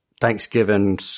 Thanksgiving